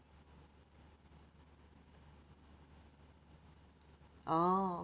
oh